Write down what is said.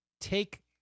take